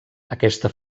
aquesta